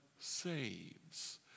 saves